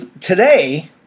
today